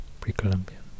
pre-Columbian